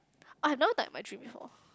I have no die my dream before